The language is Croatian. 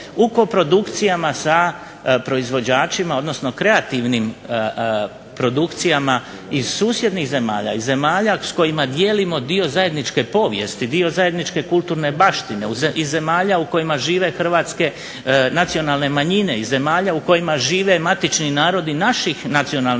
u koprodukcijama sa proizvođačima odnosno kreativnim produkcijama iz susjednih zemalja, iz zemalja s kojima dijelimo dio zajedničke povijesti, dio zajedničke kulturne baštine iz zemalja u kojima žive Hrvatske nacionalne manjina, iz zemalja u kojima žive matični narodi naših nacionalnih manjina.